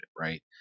right